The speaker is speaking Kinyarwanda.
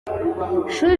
ishuri